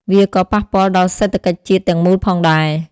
វាក៏ប៉ះពាល់ដល់សេដ្ឋកិច្ចជាតិទាំងមូលផងដែរ។